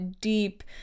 deep